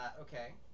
Okay